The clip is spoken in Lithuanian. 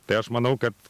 tai aš manau kad